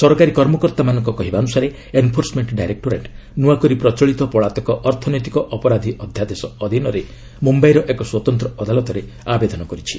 ସରକାରୀ କର୍ମକର୍ତ୍ତାମାନଙ୍କ କହିବା ଅନୁସାରେ ଏନ୍ଫୋର୍ସମେଣ୍ଟ ଡାଇରେକ୍ଟୋରେଟ୍ ନୂଆକରି ପ୍ରଚଳିତ ପଳାତକ ଅର୍ଥନୈତିକ ଅପରାଧୀ ଅଧ୍ୟାଦେଶ ଅଧୀନରେ ମୁମ୍ବାଇର ଏକ ସ୍ୱତନ୍ତ୍ର ଅଦାଲତରେ ଆବେଦନ କରିଛି